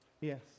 Yes